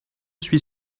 suis